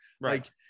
right